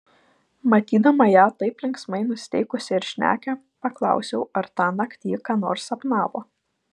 matydama ją taip linksmai nusiteikusią ir šnekią paklausiau ar tąnakt ji ką nors sapnavo